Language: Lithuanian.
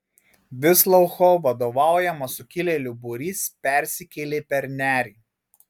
visloucho vadovaujamas sukilėlių būrys persikėlė per nerį